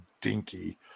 dinky